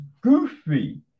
goofy